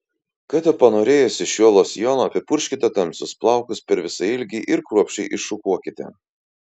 kada panorėjusi šiuo losjonu apipurkškite tamsius plaukus per visą ilgį ir kruopščiai iššukuokite